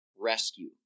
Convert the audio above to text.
rescue